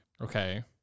okay